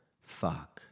Fuck